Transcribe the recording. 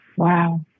wow